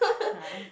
!huh!